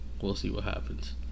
we'll-see-what-happens